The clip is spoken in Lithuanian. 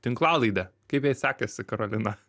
tinklalaidę kaip jai sekasi karolina